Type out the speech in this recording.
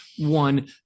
One